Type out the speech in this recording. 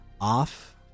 off